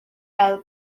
gael